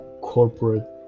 corporate